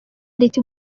riti